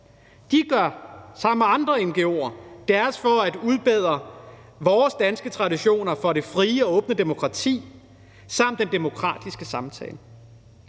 De gør sammen med andre ngo'er deres for at udbrede vores danske traditioner for det frie og åbne demokrati samt den demokratiske samtale.